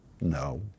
No